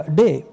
day